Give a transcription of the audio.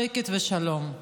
שקט ושלום.